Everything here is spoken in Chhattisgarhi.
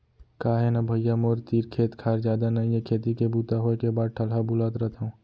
का हे न भइया मोर तीर खेत खार जादा नइये खेती के बूता होय के बाद ठलहा बुलत रथव